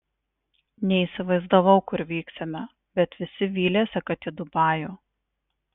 neįsivaizdavau kur vyksime bet visi vylėsi kad į dubajų